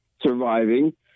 surviving